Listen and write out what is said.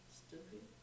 stupid